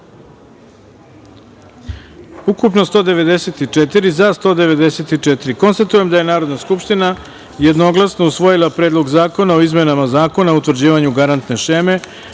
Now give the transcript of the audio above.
ukupno – 194, za – 194.Konstatujem da je Narodna skupština jednoglasno usvojila Predlog zakona o izmenama Zakona o utvrđivanju garantne šeme